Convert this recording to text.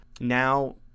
Now